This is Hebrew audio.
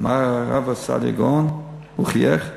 אמר הרב סעדיה גאון, הוא חייך,